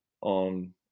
on